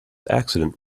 accident